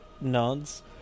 nods